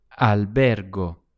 albergo